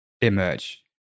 emerge